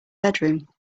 bedroom